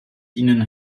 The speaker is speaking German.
ihnen